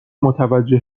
متوجه